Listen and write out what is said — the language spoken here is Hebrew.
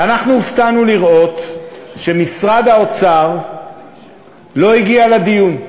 ואנחנו הופתענו לראות שמשרד האוצר לא הגיע לדיון.